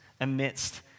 amidst